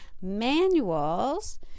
manuals